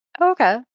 Okay